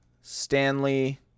Stanley